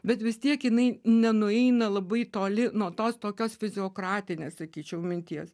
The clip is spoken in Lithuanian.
bet vis tiek jinai nenueina labai toli nuo tos tokios fiziokratinės sakyčiau minties